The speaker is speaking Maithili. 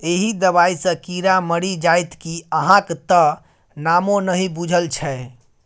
एहि दबाई सँ कीड़ा मरि जाइत कि अहाँक त नामो नहि बुझल छै